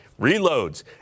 reloads